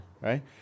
right